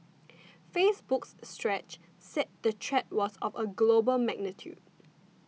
Facebook's Stretch said the threat was of a global magnitude